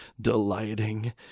delighting